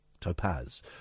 Topaz